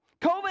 COVID